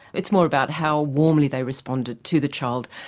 it's more about how warmly they responded to the child,